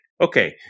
okay